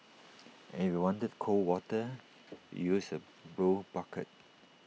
and if you wanted cold water you use the blue bucket